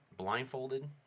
Blindfolded